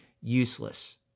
useless